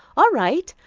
all right.